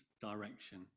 direction